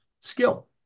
skill